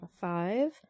five